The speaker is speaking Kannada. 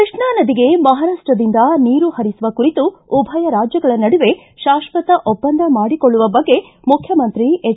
ಕೃಷ್ಣಾ ನದಿಗೆ ಮಹಾರಾಷ್ಷದಿಂದ ನೀರು ಹರಿಸುವ ಕುರಿತು ಉಭಯ ರಾಜ್ಯಗಳ ನಡುವೆ ಶಾಶ್ವತ ಒಪ್ಪಂದ ಮಾಡಿಕೊಳ್ಳುವ ಬಗ್ಗೆ ಮುಖ್ಯಮಂತ್ರಿ ಎಚ್